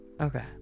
Okay